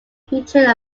featured